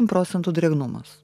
procentų drėgnumas